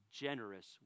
generous